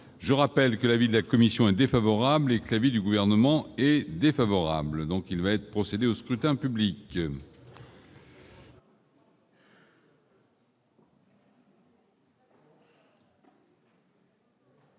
je rappelle que l'avis de la commission un défavorable et que avis du gouvernement est défavorable, donc il va être procédé au scrutin public.